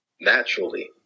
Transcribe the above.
naturally